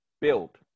Build